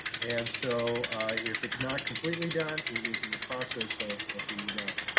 and so if it's not completely done, it was in the process of ah being done.